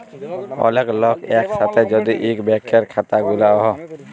ওলেক লক এক সাথে যদি ইক ব্যাংকের খাতা খুলে ও